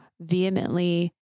vehemently